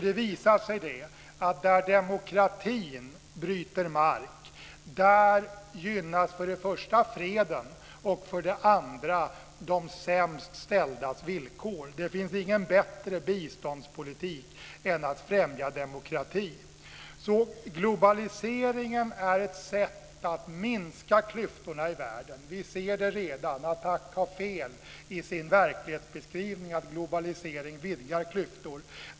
Det visar sig nu att där demokrati bryter mark gynnas för det första freden och för det andra de sämst ställdas villkor. Det finns ingen bättre biståndspolitik än att främja demokrati. Globaliseringen är alltså ett sätt att minska klyftorna i världen. Vi ser det redan. ATTAC har fel i sin verklighetsbeskrivning att globalisering vidgar klyftor.